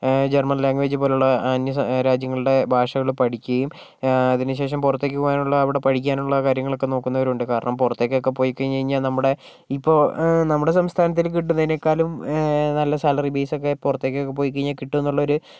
German language പോലെയുള്ള അന്യ സ രാജ്യങ്ങളുടെ ഭാഷ പഠിക്കുകയും അതിനുശേഷം പുറത്തേക്കു പോകാനുള്ള അവിടെ പഠിക്കാനുള്ള കാര്യങ്ങളൊക്കെ നോക്കുന്നവരും ഉണ്ട് കാരണം പുറത്തേക്കൊക്കെ പോയിക്കഴിഞ്ഞുക്കഴിഞ്ഞാൽ നമ്മുടെ ഇപ്പോൾ നമ്മുടെ സംസ്ഥാനത്തിൽ കിട്ടുന്നതിനേക്കാളും നല്ല സാലറി ബേസ് ഒക്കെ പുറത്തേക്ക് ഒക്കെ പോയി കഴിഞ്ഞാൽ കിട്ടുന്ന ഒരു